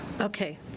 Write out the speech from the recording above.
Okay